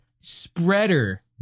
spreader